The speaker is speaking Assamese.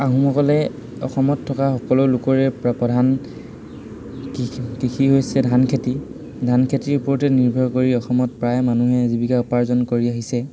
আহোমসকলে অসমত থকা সকলো লোকৰে প্ৰধান কৃষি কৃষি হৈছে ধান খেতি ধান খেতিৰ ওপৰতে নিৰ্ভৰ কৰি অসমত প্ৰায় মানুহে জীৱিকা উপাৰ্জন কৰি আহিছে